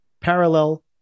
parallel